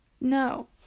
No